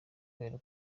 kubera